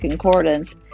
Concordance